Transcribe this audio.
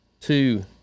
two